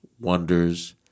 wonders